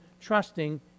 trusting